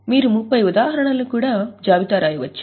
మీరు 30 ఉదాహరణలను కూడా జాబితా రాయవచ్చు